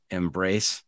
embrace